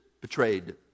betrayed